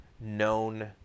known